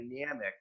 dynamic